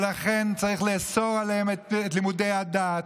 ולכן צריך לאסור עליהם את לימודי הדת,